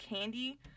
candy